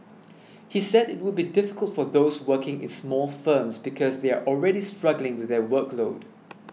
he said it would be difficult for those working is small firms because they are already struggling with their workload